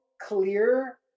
clear